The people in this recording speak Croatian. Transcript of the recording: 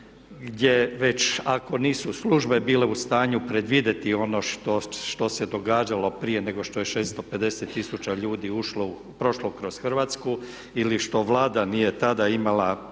gdje već ako nisu službe bile u stanju predvidjeti ono što se događalo prije nego što je 650 tisuća ljudi prošlo kroz Hrvatsku ili što Vlada nije tada imala